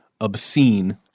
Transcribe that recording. obscene